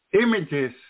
images